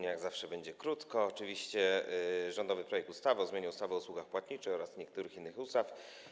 Ja jak zawsze powiem krótko, chodzi oczywiście o rządowy projekt ustawy o zmianie ustawy o usługach płatniczych oraz niektórych innych ustaw.